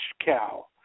cow